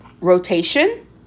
rotation